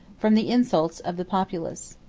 from the insults of the populace.